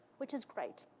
which is great.